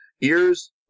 ears